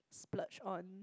splurge on